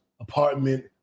apartment